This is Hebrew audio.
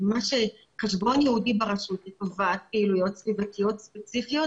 חשבון ייעודי ברשות לטובת פעילויות סביבתיות ספציפיות,